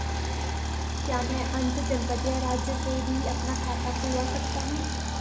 क्या मैं अंतर्जनपदीय राज्य में भी अपना खाता खुलवा सकता हूँ?